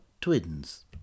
twins